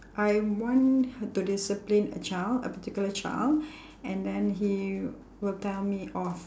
I want to discipline a child a particular child and then he will tell me off